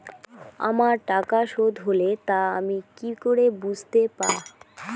আমার টাকা শোধ হলে তা আমি কি করে বুঝতে পা?